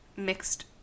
Mixed